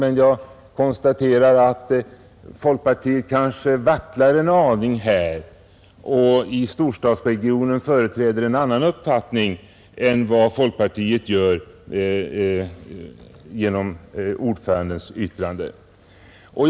Men jag konstaterar att folkpartiet kanske vacklar en aning på denna punkt, och i storstadsregionen företräder en annan uppfattning än det gör genom utskottsordförandens yttrande här.